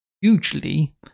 hugely